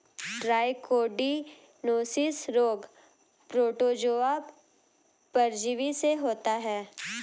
trichodinosis रोग protozoa परजीवी से होता है